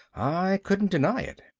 i couldn't deny it.